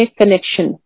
connection